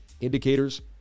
Indicators